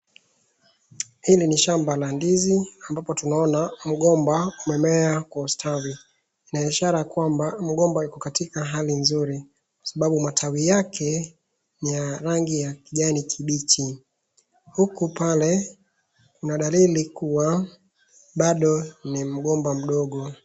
Hili ni shamba la ndizi ambapo tunaana mgomba umemea kwa ustadhi. Ina ishara kwamba mgomba iko katika hali nzuri kwa sababu matawi yake ni ya rangi ya kijani kimbichi. Huku pale kuna dalili kuwa ni bado ni mgomba mdogo.